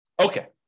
Okay